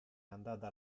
andata